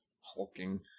hulking